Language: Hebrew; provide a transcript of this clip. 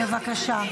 בואי תוציאי, גברתי.